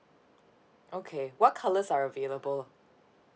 okay what colors are available